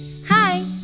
Hi